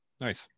Nice